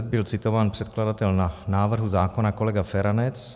byl citován předkladatel návrhu zákona kolega Feranec: